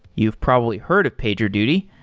you've probably heard of pagerduty.